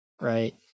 Right